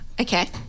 Okay